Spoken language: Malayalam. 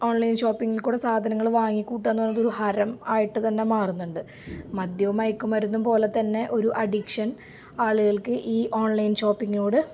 ഓൺലൈൻ ഷോപ്പിങ്ങിൽ കൂടെ സാധനങ്ങൾ വാങ്ങി കൂട്ടുക എന്ന് പറഞ്ഞാൽ ഒരു ഹരമായിട്ട് തന്നെ മാറുന്നുണ്ട് മദ്യവും മയക്കുമരുന്നും പോലെ തന്നെ ഒരു അഡിക്ഷൻ ആളുകൾക്ക് ഈ ഓൺലൈൻ ഷോപ്പിങ്ങിനോട്